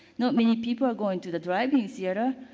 not many people are going to the drive-in theatre.